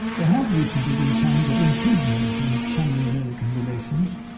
there have recently been signs of improvement in sino-american relations.